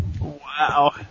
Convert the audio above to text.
Wow